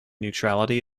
neutrality